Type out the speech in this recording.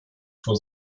vor